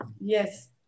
Yes